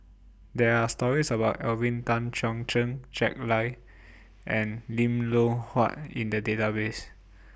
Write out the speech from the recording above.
There Are stories about Alvin Tan Cheong Kheng Jack Lai and Lim Loh Huat in The Database